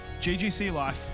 ggclife